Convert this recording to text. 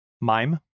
mime